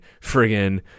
friggin